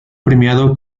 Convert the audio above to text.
premiado